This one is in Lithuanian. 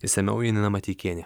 išsamiau janina mateikienė